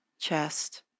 chest